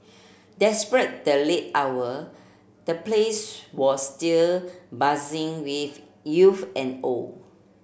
despite the late hour the place was still buzzing with youth and old